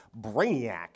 Brainiac